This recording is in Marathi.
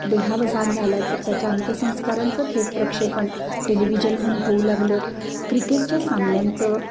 देहावसान झालं तर त्याच्या अंत्यसंस्कारांचं थेट प्रक्षेपण टेलिव्हिजनहून होऊ लागलं क्रिकेटच्या सामन्यांचं